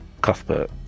Cuthbert